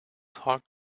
talk